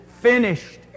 finished